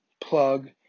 plug